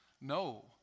No